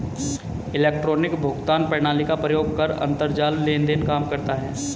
electronic भुगतान प्रणाली का प्रयोग कर अंतरजाल लेन देन काम करता है